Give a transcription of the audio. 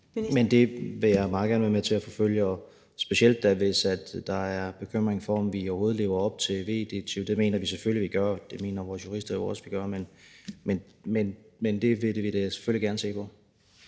Det vil jeg meget gerne være med til at forfølge, og specielt hvis der er bekymring for, om vi overhovedet lever op til VE-direktivet. Det mener vi selvfølgelig vi gør, og det mener vores jurister også vi gør, men det vil vi selvfølgelig gerne se på.